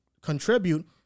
contribute